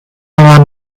waren